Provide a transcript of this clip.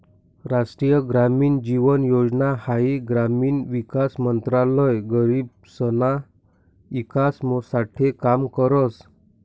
राष्ट्रीय ग्रामीण जीवन योजना हाई ग्रामीण विकास मंत्रालय गरीबसना ईकास साठे काम करस